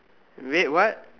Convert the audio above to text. wait what